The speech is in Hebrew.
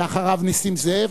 אחריו, נסים זאב,